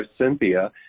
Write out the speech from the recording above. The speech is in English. Cynthia